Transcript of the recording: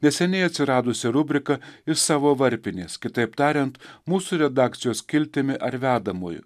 neseniai atsiradusia rubrika iš savo varpinės kitaip tariant mūsų redakcijos skiltimi ar vedamuoju